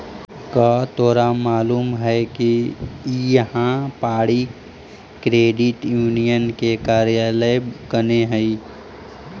का तोरा मालूम है कि इहाँ पड़ी क्रेडिट यूनियन के कार्यालय कने हई?